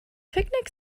picnic